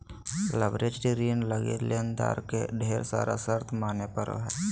leveraged ऋण लगी लेनदार के ढेर सारा शर्त माने पड़ो हय